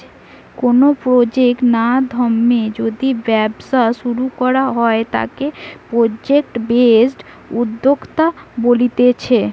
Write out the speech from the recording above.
কোনো প্রজেক্ট নাধ্যমে যদি ব্যবসা শুরু করা হয় তাকে প্রজেক্ট বেসড উদ্যোক্তা বলতিছে